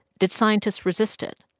did scientists resist it?